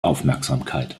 aufmerksamkeit